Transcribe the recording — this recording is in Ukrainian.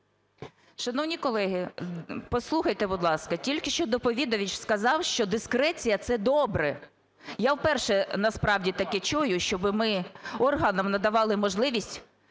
Шановні колеги, послухайте, будь ласка. Тільки що доповідач сказав, що дискреція – це добре. Я вперше насправді таке чую, щоби ми органам надавали можливість